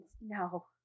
No